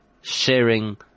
sharing